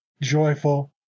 joyful